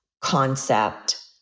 concept